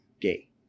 gay